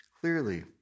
clearly